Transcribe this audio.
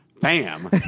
Bam